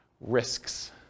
Risks